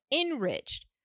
Enriched